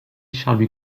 charles